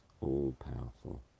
all-powerful